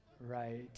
right